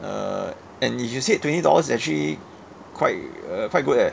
err and you said twenty dollars actually quite uh quite good eh